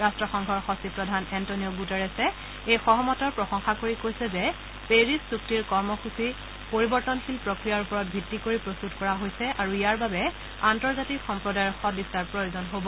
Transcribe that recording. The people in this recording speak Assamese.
ৰাট্টসংঘৰ সচিব প্ৰধান এণ্টনিঅ গুটেৰেছে কৈছে যে পেৰিছ চুক্তিৰ কৰ্মসূচী পৰিৱৰ্তনশীল প্ৰক্ৰিয়াৰ ওপৰত ভিত্তি কৰি প্ৰস্তত কৰা হৈছে আৰু ইয়াৰ বাবে আন্তৰ্জাতিক সম্প্ৰদায়ৰ সদিচ্ছাৰ প্ৰয়োজন হ'ব